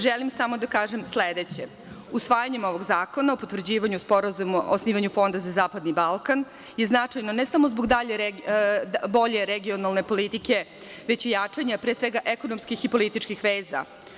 Želim samo da kažem sledeće – usvajanje ovog zakona o potvrđivanju Sporazuma o osnivanju Fonda za zapadni Balkan je značajno ne samo zbog bolje regionalne politike, već i jačanja pre svega ekonomskih i političkih veza.